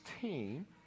team